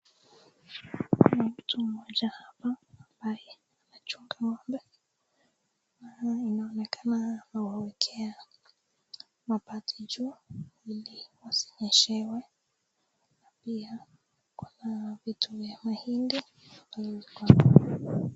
Kuna mtu mmoja hapa ambaye anachunga ng'ombe, inaonekana amewawekea mabati juu ili wasinyeshewe pia kuna vitu vya mahindi.